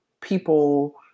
people